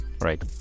Right